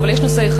אבל יש נושא אחד,